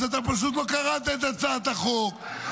אז אתה פשוט לא קראת את הצעת החוק,